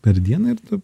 per dieną ir tu